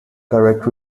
correct